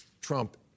Trump